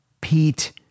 Pete